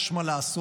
יש מה לעשות: